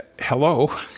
hello